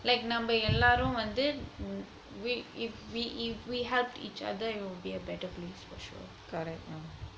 like நம்ம எல்லாரும் வந்து:namma ellarum vanthu if we helped each other it would be a better place for sure